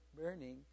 burning